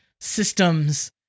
systems